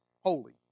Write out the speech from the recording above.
holy